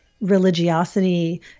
religiosity